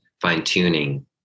fine-tuning